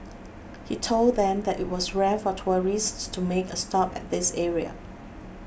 he told them that it was rare for tourists to make a stop at this area